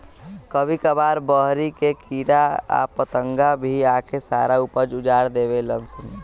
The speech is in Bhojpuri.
कभी कभार बहरी के कीड़ा आ पतंगा भी आके सारा ऊपज उजार देवे लान सन